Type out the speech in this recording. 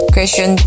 Question